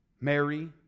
mary